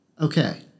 Okay